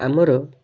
ଆମର